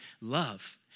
love